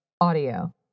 audio